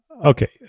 Okay